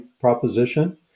proposition